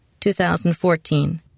2014